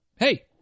Hey